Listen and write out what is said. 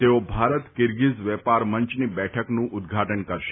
તેઓ ભારત કિર્ગિઝ વેપાર મંચની બેઠકનું ઉદ્ધાટન કરશે